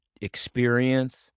experience